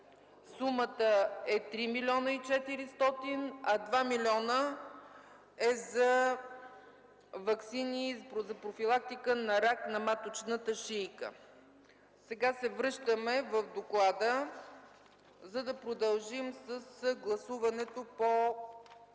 сумата е 3 милиона 400 хиляди, а 2 милиона е за ваксини за профилактика на рак на маточната шийка. Сега се връщаме в доклада, за да продължим с гласуването по